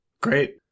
Great